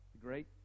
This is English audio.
great